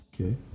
Okay